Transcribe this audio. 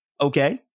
okay